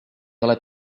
ole